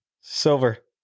Silver